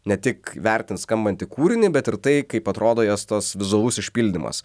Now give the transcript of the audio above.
ne tik vertins skambantį kūrinį bet ir tai kaip atrodo jos tas vizualus išpildymas